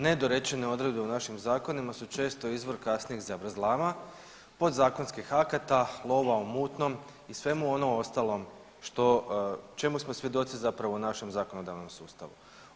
Nedorečene odredbe u našim zakonima su često izvor kasnijih zavrzlama, podzakonskih akata, lova u mutnom i svemu ono ostalom što, čemu smo svjedoci zapravo u našem zakonodavnom sustavu.